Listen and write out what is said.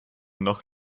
noch